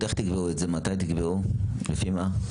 איך תקבעו את זה, מתי תקבעו, לפי מה?